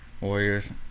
Warriors